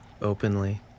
openly